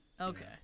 Okay